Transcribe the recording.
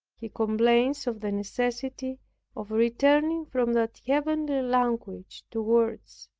he complains of the necessity of returning from that heavenly language to words.